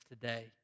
today